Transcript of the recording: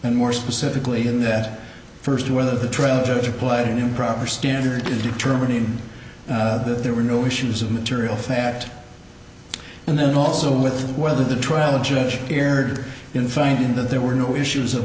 and more specifically in that first whether the trial judge applied an improper standard in determining that there were no issues of material fact and then also with whether the trial judge erred in finding that there were no issues of